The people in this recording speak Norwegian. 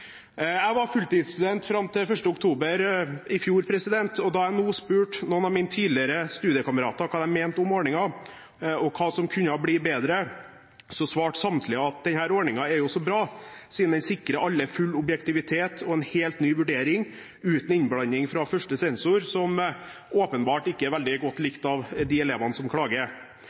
Jeg var fulltidsstudent fram til 1. oktober i fjor, og da jeg nå spurte noen av mine tidligere studiekamerater hva de mente om ordningen, og hva som kunne bli bedre, svarte samtlige at denne ordningen er jo så bra, siden den sikrer alle full objektivitet og en helt ny vurdering uten innblanding fra første sensor, som åpenbart ikke er veldig godt likt av de elevene som klager.